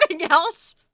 else